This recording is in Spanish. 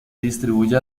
distribuye